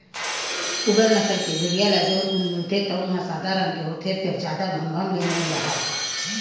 पूगल नसल के भेड़िया ले जउन ऊन मिलथे तउन ह सादा रंग के होथे फेर जादा घमघम ले नइ राहय